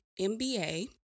MBA